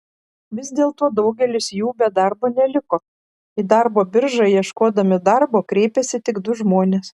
vis dėlto daugelis jų be darbo neliko į darbo biržą ieškodami darbo kreipėsi tik du žmonės